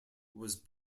was